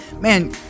man